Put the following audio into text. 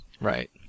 Right